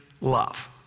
love